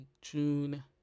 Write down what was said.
June